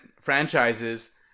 franchises